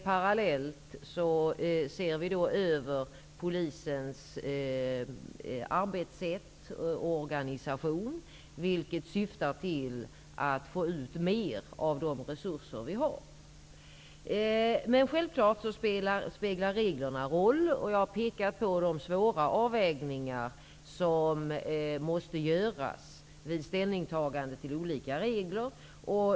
Parallellt ses polisens arbetssätt och organisation över, vilket syftar till att få ut mer av befintliga resurser. Men det är självklart att reglerna spelar en roll. Jag har pekat på de svåra avvägningar som måste göras när man tar ställning till olika regler.